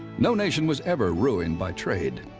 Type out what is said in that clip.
no nation was ever ruined by trade.